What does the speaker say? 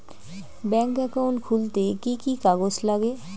Bank account খুলতে কি কি কাগজ লাগে?